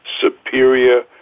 Superior